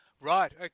Right